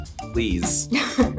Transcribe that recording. please